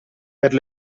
per